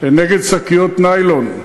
נגד שקיות ניילון,